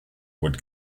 would